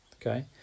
okay